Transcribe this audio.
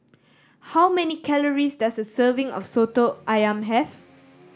how many calories does a serving of Soto Ayam have